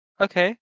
Okay